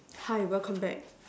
hi welcome back